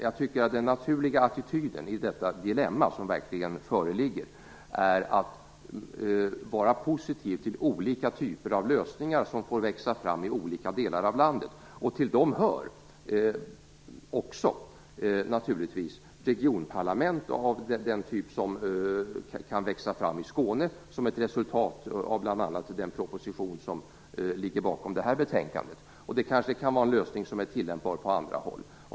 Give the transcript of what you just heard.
Jag tycker att den naturliga attityden i detta dilemma, som verkligen föreligger, är att vara positiv till olika typer av lösningar, som får växa fram i olika delar av landet. Till dem hör också naturligtvis regionparlament av den typ som kan växa fram i Skåne, bl.a. som ett resultat av den proposition som ligger bakom det här betänkandet. Det kan kanske också vara en lösning som är tillämpbar på andra håll.